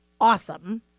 awesome